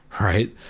right